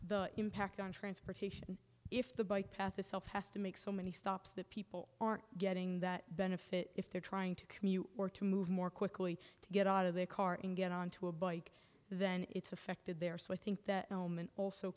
the impact on transportation if the bike path itself has to make so many stops that people aren't getting that benefit if they're trying to commute or to move more quickly to get out of their car and get onto a bike then it's affected there so i think that